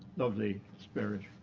lovely spirit.